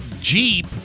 jeep